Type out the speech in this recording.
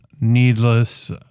needless